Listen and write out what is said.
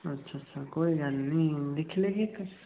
अच्छा अच्छा कोई गल्ल नेईं दिक्खी लैगे